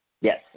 Yes